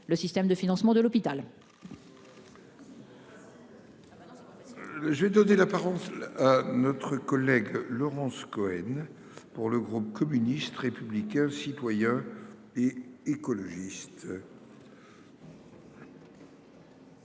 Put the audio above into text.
le système de financement de l'hôpital.-- J'ai donner l'apparence. Notre collègue Laurence Cohen pour le groupe communiste républicain citoyen. Et écologistes.--